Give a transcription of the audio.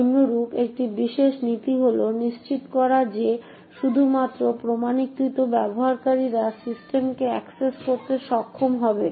নিম্নরূপ একটি বিশেষ নীতি হল নিশ্চিত করা যে শুধুমাত্র প্রমাণীকৃত ব্যবহারকারীরা সিস্টেমটি অ্যাক্সেস করতে সক্ষম হবেন